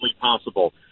possible